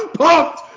pumped